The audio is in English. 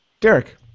Derek